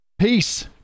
Peace